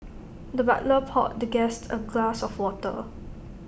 the butler poured the guest A glass of water